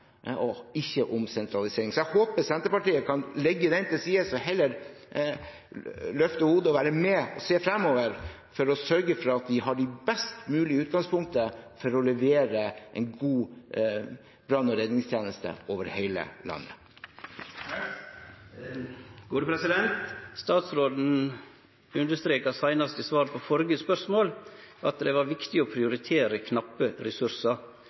og ikke om sentralisering. Jeg håper Senterpartiet kan legge den til side og heller løfte hodet og være med og se fremover, for å sørge for at vi har det best mulige utgangspunktet for å levere en god brann- og redningstjeneste over hele landet. Statsråden understreka, seinast i svaret på førre spørsmål, at det var viktig å prioritere blant knappe